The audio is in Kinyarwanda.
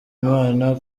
imana